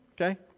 okay